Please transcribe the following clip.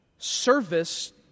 service